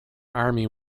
army